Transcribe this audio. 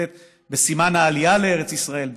לתת בעלייה לארץ ישראל,